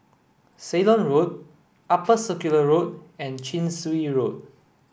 Ceylon Road Upper Circular Road and Chin Swee Road